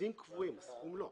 האחוזים קבועים, הסכום לא.